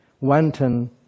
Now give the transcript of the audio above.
wanton